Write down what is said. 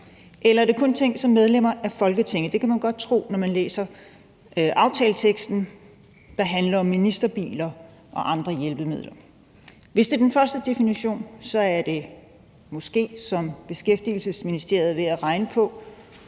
Eller er det kun tænkt som medlemmer af Folketinget? Det kan man godt tro, når man læser teksten i forslaget, der handler om ministerbiler og andre hjælpemidler. Hvis det er den første definition, er det måske – det er Beskæftigelsesministeriet ved at regne på